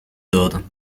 doden